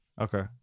Okay